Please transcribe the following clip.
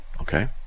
okay